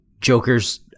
Joker's